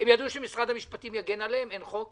הם ידעו שמשרד המשפטים יגן עליהם אין חוק